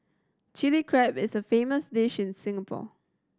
Chilli Crab is a famous dish in Singapore